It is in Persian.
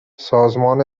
سازمان